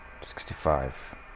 sixty-five